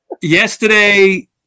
Yesterday